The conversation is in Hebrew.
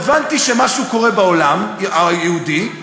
הבנתי שמשהו קורה בעולם היהודי,